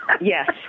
Yes